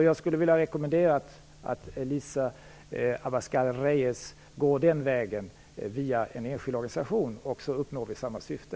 Jag vill rekommendera att Elisa Abascal Reyes går via en enskild organisation. Då uppnår vi samma syfte.